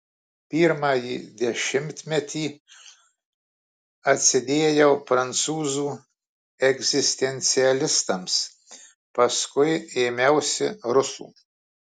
pirmąjį dešimtmetį atsidėjau prancūzų egzistencialistams paskui ėmiausi rusų